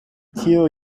tiu